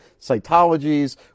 cytologies